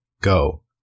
go